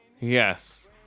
Yes